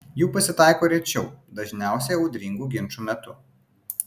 jų pasitaiko rečiau dažniausiai audringų ginčų metu